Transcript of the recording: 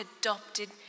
adopted